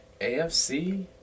AFC